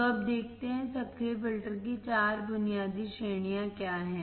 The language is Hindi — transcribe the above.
तो अब देखते हैं कि सक्रिय फिल्टर की चार बुनियादी श्रेणियां क्या हैं